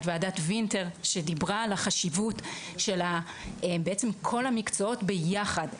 את ועדת וינטר שדיברה על החשיבות של בעצם כל המקצועות ביחד,